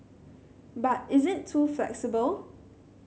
but is it too flexible